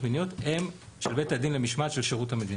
מיניות הן של בית הדין למשמעת של שירות המדינה.